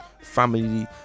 family